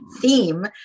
theme